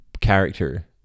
character